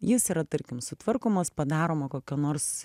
jis yra tarkim sutvarkomas padaroma kokia nors